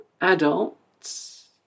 adults